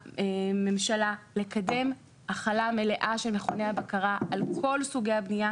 לממשלה לקדם החלה מלאה של מכוני הבקרה על כל סוגי הבנייה,